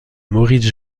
maurice